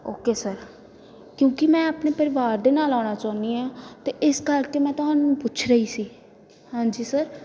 okay sir ਕਿਉਂਕਿ ਮੈਂ ਆਪਣੇ ਪਰਿਵਾਰ ਦੇ ਨਾਲ ਆਉਣਾ ਚਾਹੁੰਦੀ ਹਾਂ ਅਤੇ ਇਸ ਕਰਕੇ ਮੈਂ ਤੁਹਾਨੂੰ ਪੁੱਛ ਰਹੀ ਸੀ ਹਾਂਜੀ ਸਰ